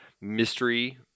mystery